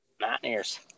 Mountaineers